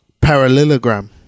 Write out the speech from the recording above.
Parallelogram